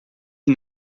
que